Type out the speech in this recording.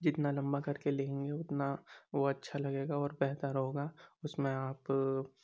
جتنا لمبا کر کے لکھیں گے اتنا وہ اچھا لگے گا اور بہتر ہوگا اُس میں آپ